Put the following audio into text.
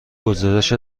گزارش